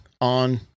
on